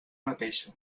mateixa